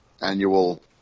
annual